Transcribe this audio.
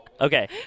Okay